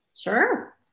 Sure